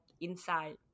inside